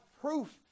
proof